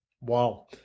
Wow